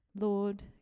Lord